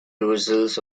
reversals